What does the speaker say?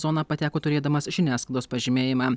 zoną pateko turėdamas žiniasklaidos pažymėjimą